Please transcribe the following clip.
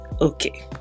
Okay